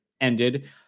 ended